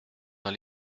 dans